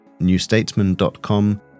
newstatesman.com